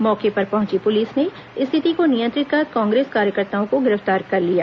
मौके पर पहुंची पुलिस ने स्थिति को नियंत्रित कर कांग्रेस कार्यकर्ताओं को गिरफ्तार कर लिया